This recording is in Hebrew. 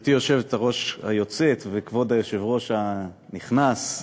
גברתי היושבת-ראש היוצאת וכבוד היושב-ראש הנכנס,